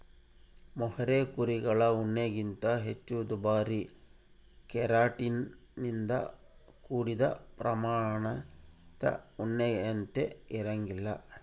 mohair ಕುರಿಗಳ ಉಣ್ಣೆಗಿಂತ ಹೆಚ್ಚು ದುಬಾರಿ ಕೆರಾಟಿನ್ ನಿಂದ ಕೂಡಿದ ಪ್ರಾಮಾಣಿತ ಉಣ್ಣೆಯಂತೆ ಇರಂಗಿಲ್ಲ